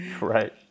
Right